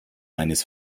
eines